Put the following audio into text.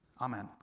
Amen